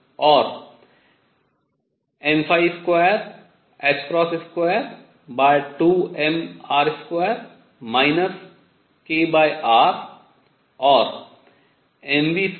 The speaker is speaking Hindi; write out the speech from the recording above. और n222mR2 kr और mv2rkr2